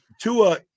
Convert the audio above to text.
Tua